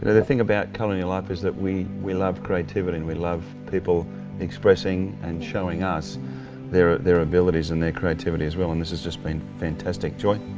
the thing about colour in your life is that we we love creativity, and we love people expressing and showing us their their abilities and their creativity as well. and this has just been fantastic. joy,